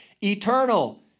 eternal